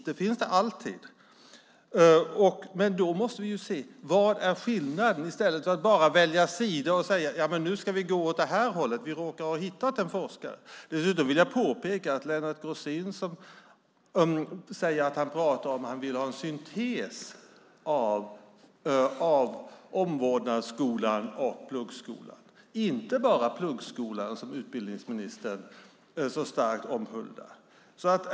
Det finns det alltid. Men då måste vi se vad som är skillnaden i stället för att bara välja sida och säga: Nu ska vi gå åt detta håll. Vi råkar ha hittat en forskare för det. Dessutom vill jag påpeka att Lennart Grosin säger att han vill ha en syntes mellan omvårdnadsskolan och pluggskolan. Det ska inte bara vara pluggskola, vilket utbildningsministern så starkt omhuldar.